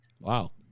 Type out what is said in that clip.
Wow